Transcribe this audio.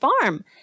farm